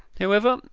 however,